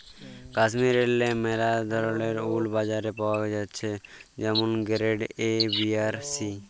কাশ্মীরেল্লে ম্যালা ধরলের উল বাজারে পাওয়া জ্যাছে যেমল গেরেড এ, বি আর সি